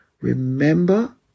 remember